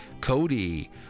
Cody